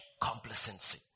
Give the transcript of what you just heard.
complacency